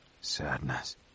sadness